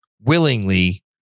willingly